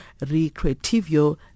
recreativo